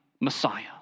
Messiah